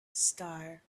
star